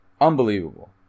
Unbelievable